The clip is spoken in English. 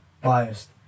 biased